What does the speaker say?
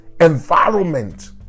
environment